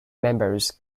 members